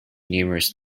numerous